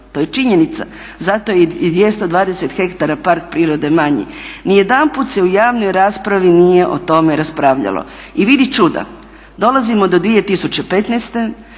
to je činjenica. Zato i jest 220 hektara park prirode manji. Nijedanput se u javnoj raspravi nije o tome raspravljalo. I vidi čuda, dolazimo do 2015.,